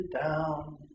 down